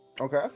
Okay